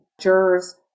jurors